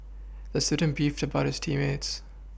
the student beefed about his team mates